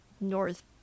north